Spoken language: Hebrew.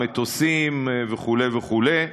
מטוסים וכו' וכו'.